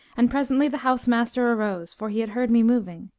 and presently the house-master arose, for he had heard me moving,